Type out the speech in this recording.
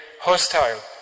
hostile